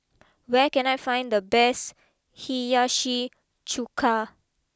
where can I find the best Hiyashi Chuka